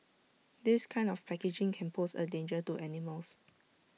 this kind of packaging can pose A danger to animals